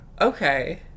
Okay